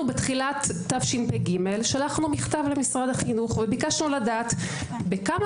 אנחנו בתחילת תשפ"ג שלחנו מכתב למשרד החינוך וביקשנו לדעת בכמה